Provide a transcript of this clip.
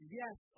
yes